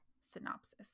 synopsis